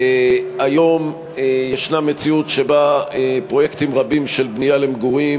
היום יש מציאות שבה פרויקטים רבים של בנייה למגורים